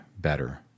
better